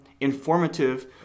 informative